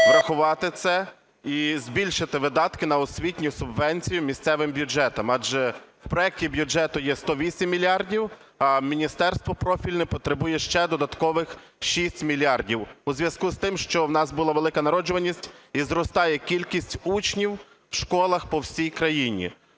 врахувати це і збільшити видатки на освітню субвенцію місцевим бюджетам. Адже в проекті бюджету є 108 мільярдів, а міністерство профільне потребує ще додаткових 6 мільярдів, у зв'язку з тим, що у нас була велика народжуваність і зростає кількість учнів в школах по всій країні.